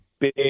big